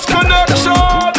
Connection